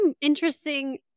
interesting